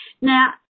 Now